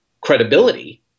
credibility